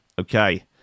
Okay